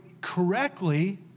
correctly